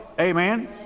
amen